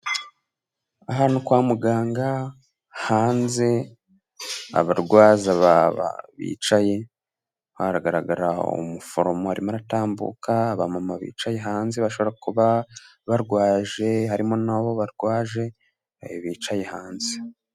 Ahantu kwa muganga hanze, abarwaza bicaye. Haragaragara umuforomo arimo aratambuka, abamama bicaye hanze bashobora kuba barwaje, harimo n'abo barwaje bicaye hanze.